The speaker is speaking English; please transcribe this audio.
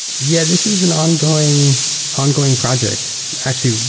yeah, this is an ongoing ongoing project. actually,